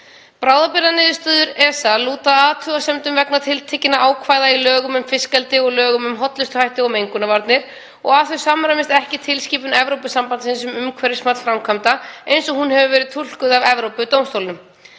Bráðabirgðaniðurstöður ESA lúta að athugasemdum vegna tiltekinna ákvæða í lögum um fiskeldi og lögum um hollustuhætti og mengunarvarnir og að þau samræmist ekki tilskipun Evrópusambandsins um umhverfismat framkvæmda eins og hún hefur verið túlkuð af Evrópudómstólnum.